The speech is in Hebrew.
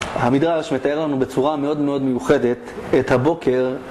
המדרש מתאר לנו בצורה מאוד מאוד מיוחדת את הבוקר